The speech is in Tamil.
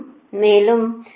மேலும் இதுவும் 0